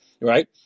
right